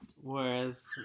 Whereas